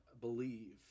believe